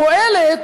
פועלת